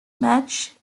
match